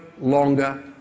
longer